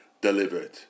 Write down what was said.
delivered